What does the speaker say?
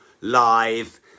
live